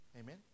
Amen